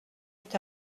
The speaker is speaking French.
est